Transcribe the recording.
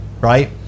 Right